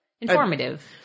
informative